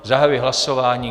Zahajuji hlasování.